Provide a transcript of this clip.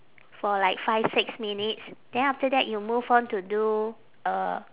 for like five six minutes then after that you move on to do uh